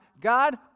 God